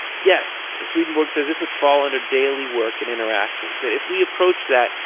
yes! swedenborg says this would fall under daily work and interactions. that if we approach that,